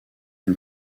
une